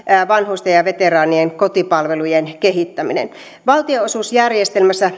vanhusten ja ja veteraanien kotipalvelujen kehittäminen valtionosuusjärjestelmässä